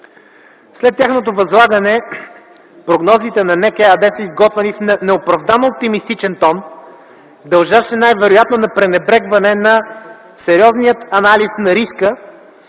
След тяхното възлагане прогнозите на НЕК ЕАД са изготвяни в неоправдано оптимистичен тон, дължащ се най-вероятно на пренебрегване на сериозния анализ на риска